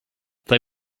they